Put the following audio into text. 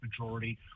majority